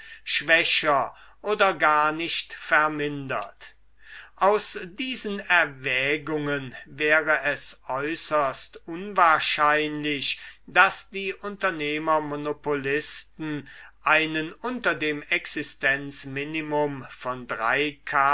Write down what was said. schwächer oder gar nicht vermindert aus diesen erwägungen wäre es äußerst unwahrscheinlich daß die unternehmermonopousten einen unter dem existenzminimum von